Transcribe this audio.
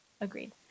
agreed